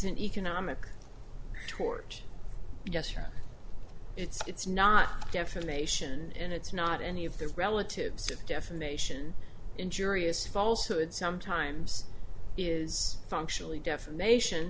an economic tort yes yes it's not defamation and it's not any of the relatives of defamation injurious falsehood sometimes is functionally defamation